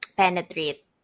penetrate